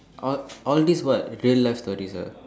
all all this what real life stories ah